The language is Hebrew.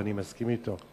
ואני מסכים אתו,